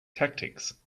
tactics